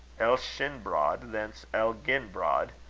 elshinbrod, thence elginbrod,